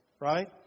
right